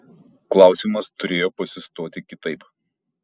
klausimas turėjo pasistoti kitaip